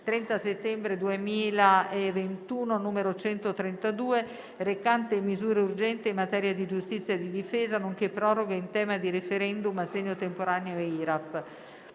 30 settembre 2021, n. 132, recante misure urgenti in materia di giustizia e di difesa, nonché proroghe in tema di *referendum*, assegno temporaneo e IRAP»